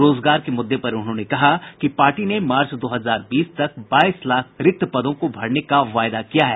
रोजगार के मुद्दे पर उन्होंने कहा कि पार्टी ने मार्च दो हजार बीस तक बाईस लाख रिक्त पदों को भरने का वायदा किया है